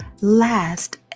last